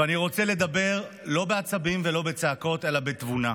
ואני רוצה לדבר לא בעצבים ולא בצעקות, אלא בתבונה.